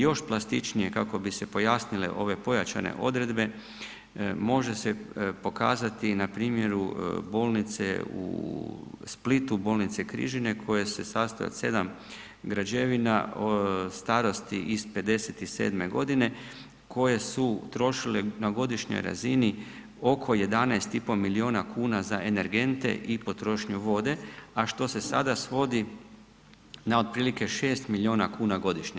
Još plastičnije kako bi se pojasnile ove pojačane odredbe može pokazati na primjeru bolnice u Splitu, bolnice Križine koje se sastoje od 7 građevina starosti iz '57. godine koje su trošile na godišnjoj razini oko 11,5 miliona kuna za energente i potrošnju vode, a što se sada svodi na otprilike 6 milijuna kuna godišnje.